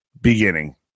beginning